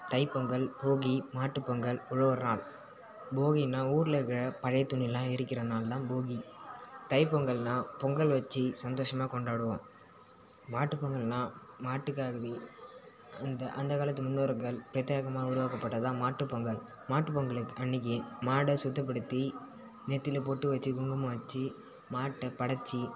தைப் பொங்கல் போகி மாட்டுப் பொங்கல் உழவர் நாள் போகின்னால் ஊரில் இருக்கிற பழைய துணியெல்லாம் எரிக்கிற நாள் தான் போகி தைப் பொங்கல்னால் பொங்கல் வச்சு சந்தோஷமாக கொண்டாடுவோம் மாட்டுப் பொங்கல்னால் மாட்டுக்காகவே இந்த அந்தக் காலத்து முன்னோர்கள் பிரத்யேகமாக உருவாக்கப்பட்டது தான் மாட்டுப் பொங்கல் மாட்டுப் பொங்கல் எத் அன்றைக்கி மாடை சுத்தப்படுத்தி நெத்தியில் பொட்டு வச்சு குங்குமம் வச்சு மாட்டை படைச்சு